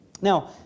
Now